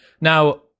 Now